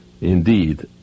Indeed